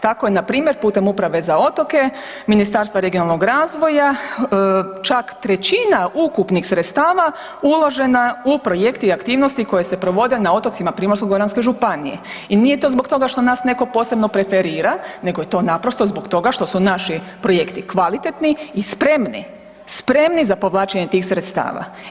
Tako je npr. putem uprave za otoke Ministarstva regionalnog razvoja, čak 1/3 ukupnih sredstava uložena u projekte i aktivnosti koje se provode na otocima Primorsko-goranske županije i nije to zbog toga što nas netko posebno preferira, nego je to naprosto zbog toga što su naši projekti kvalitetni i spremni, spremni za povlačenje tih sredstava.